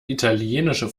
italienische